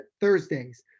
Thursdays